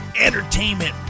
entertainment